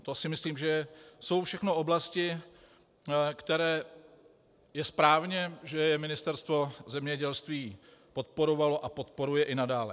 To si myslím, že jsou všechno oblasti, kde je správně, že je Ministerstvo zemědělství podporovalo a podporuje i nadále.